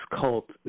cult